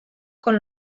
con